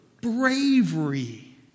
bravery